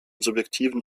subjektiven